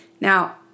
Now